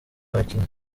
abakinnyi